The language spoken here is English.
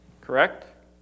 correct